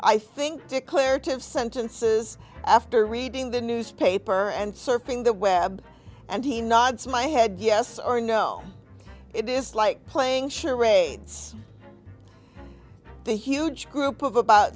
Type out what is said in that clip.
i think declarative sentences after reading the newspaper and surfing the web and he nods my head yes or no it is like playing charades the huge group of about